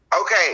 Okay